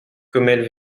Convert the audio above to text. commelle